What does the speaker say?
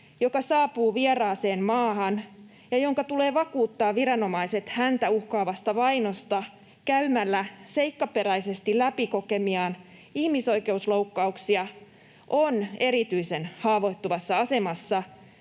joka saapuu vieraaseen maahan ja jonka tulee vakuuttaa viranomaiset häntä uhkaavasta vainosta käymällä seikkaperäisesti läpi kokemiaan ihmisoikeusloukkauksia, on erityisen haavoittuvassa asemassa,